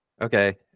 Okay